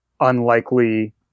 unlikely